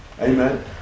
Amen